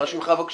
מה שמך בבקשה?